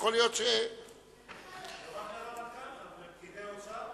יכול להיות, לא רק רמטכ"ל, גם פקידי האוצר.